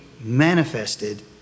manifested